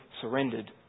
surrendered